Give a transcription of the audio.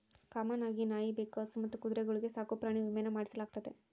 common ಆಗಿ ನಾಯಿ, ಬೆಕ್ಕು, ಹಸು ಮತ್ತು ಕುದುರೆಗಳ್ಗೆ ಸಾಕುಪ್ರಾಣಿ ವಿಮೇನ ಮಾಡಿಸಲಾಗ್ತತೆ